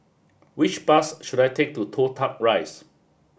which bus should I take to Toh Tuck Rise